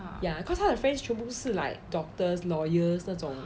ya cause 她的 friends 全部都是 like doctors lawyers 那种